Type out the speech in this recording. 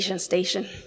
station